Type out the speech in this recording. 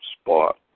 spot